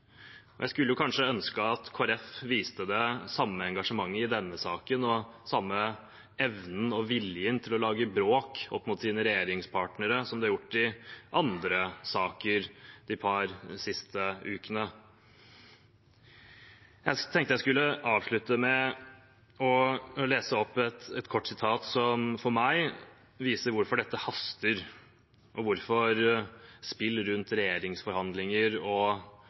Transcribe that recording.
jeg skulle kanskje ønske at Kristelig Folkeparti hadde vist det samme engasjementet i denne saken og den samme evnen og viljen til å lage bråk overfor sine regjeringspartnere, som de har gjort i andre saker de siste par ukene. Jeg tenkte jeg skulle avslutte med å lese opp et kort sitat som for meg viser hvorfor dette haster, og hvorfor spill rundt regjeringsforhandlinger og